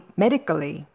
medically